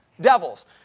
devils